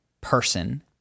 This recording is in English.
person